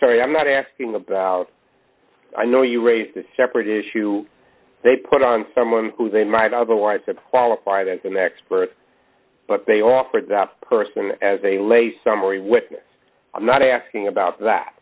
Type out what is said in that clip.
sorry i'm not asking about i know you're a separate issue they put on someone who they might otherwise have qualified as an expert but they offered that person as a lay summary witness i'm not asking about that